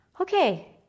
okay